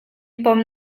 pom